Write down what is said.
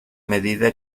medida